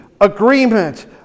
agreement